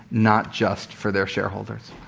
not just for their shareholders.